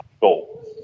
goal